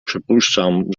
przypuszczam